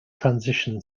transition